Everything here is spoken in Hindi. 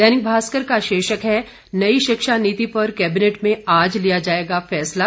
दैनिक भास्कर का शीर्षक है नई शिक्षा नीति पर कैबिनेट में आज लिया जाएगा फैसला